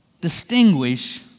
distinguish